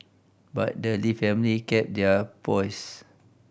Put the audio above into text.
but the Lee family kept their poise